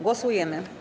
Głosujemy.